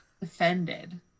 Defended